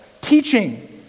Teaching